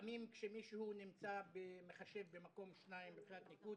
לפעמים כשמישהו נמצא במקום 2 מבחינת ניקוד,